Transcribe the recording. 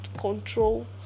control